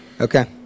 Okay